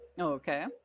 Okay